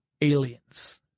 aliens